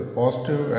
positive